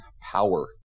Power